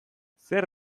zer